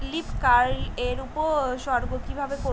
Leaf curl এর উপসর্গ কিভাবে করব?